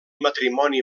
matrimoni